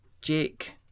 Jake